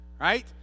Right